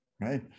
right